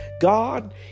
God